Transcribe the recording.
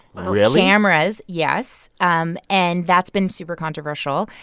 really. cameras yes. um and that's been super controversial.